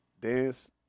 dance